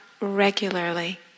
regularly